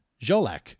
Jolac